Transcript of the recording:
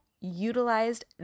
utilized